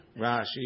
Rashi